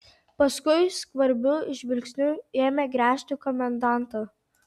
paskui skvarbiu žvilgsniu ėmė gręžti komendantą